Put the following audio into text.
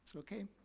so okay.